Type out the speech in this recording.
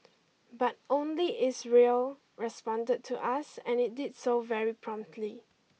but only Israel responded to us and it did so very promptly